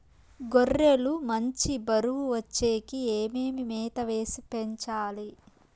గొర్రె లు మంచి బరువు వచ్చేకి ఏమేమి మేత వేసి పెంచాలి?